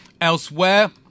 Elsewhere